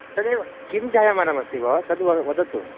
तदेव किं जायमानमस्ति भोः तद् वा वदतु